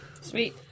Sweet